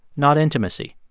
not intimacy.